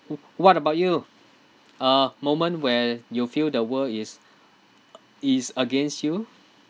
w~ what about you uh moment where you feel the world is is against you